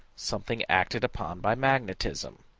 something acted upon by magnetism.